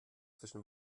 zwischen